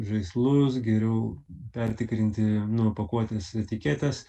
žaislus geriau pertikrinti nu pakuotės etiketes